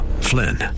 Flynn